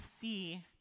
see